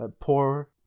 poor